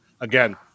again